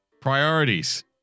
Priorities